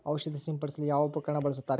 ಔಷಧಿ ಸಿಂಪಡಿಸಲು ಯಾವ ಉಪಕರಣ ಬಳಸುತ್ತಾರೆ?